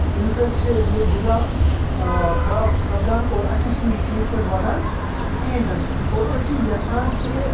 تمہِ سۭتۍ چھِ یہِ غذا خراب سپدان اور اَسہِ نِش چھِنہٕ یہِ ٹھیٖک پٲٹھۍ واتان کِہٖینۍ تہِ نہٕ اور أسۍ چھِ یَژھان کہ